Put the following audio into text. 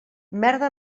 merda